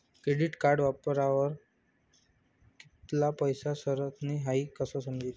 credit card वापरावर कित्ला पैसा सरनात हाई कशं समजी